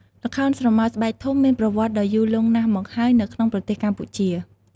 ល្ខោនស្រមោលស្បែកធំមានប្រវត្តិដ៏យូរលង់ណាស់មកហើយនៅក្នុងប្រទេសកម្ពុជា។